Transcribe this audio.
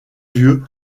lieu